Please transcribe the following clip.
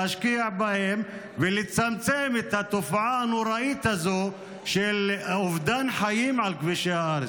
להשקיע בהם ולצמצם את התופעה הנוראית הזאת של אובדן חיים על כבישי הארץ.